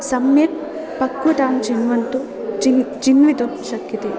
सम्यक् पक्वतान् चिन्वन्तु चिन् चिन्वितुं शक्यते